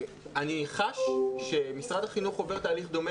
אני חש שמשרד החינוך עובר תהליך דומה